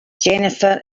jennifer